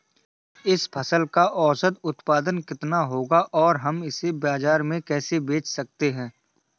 इस फसल का औसत उत्पादन कितना होगा और हम इसे बाजार में कैसे बेच सकते हैं?